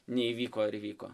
neįvyko ir įvyko